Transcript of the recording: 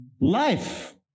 life